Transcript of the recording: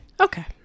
Okay